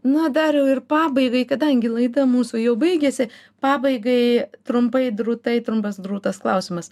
na dariau ir pabaigai kadangi laida mūsų jau baigėsi pabaigai trumpai drūtai trumpas drūtas klausimas